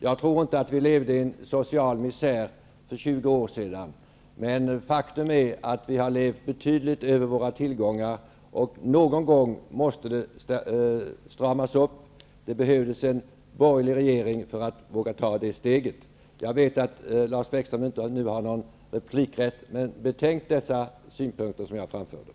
Jag tror inte vi levde i en social misär för 20 år sedan. Men faktum är att vi levt betydligt över våra tillgångar. Någon gång måste det stramas upp. Det behövdes en borgerlig regering för att våga ta det steget. Jag vet att Lars Bäckström inte har någon replikrätt kvar, men jag ber honom betänka de synpunkter jag har framfört.